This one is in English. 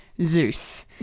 Zeus